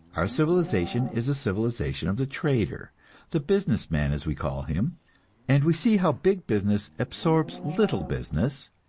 our civilization is a civilization of the trader the business man, as we call him and we see how big business absorbs little business,